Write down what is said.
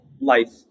life